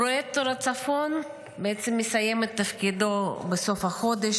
פרויקטור הצפון בעצם מסיים את תפקידו בסוף החודש,